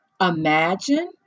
imagine